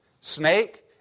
snake